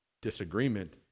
disagreement